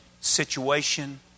situation